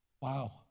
wow